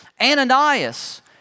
Ananias